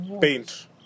Paint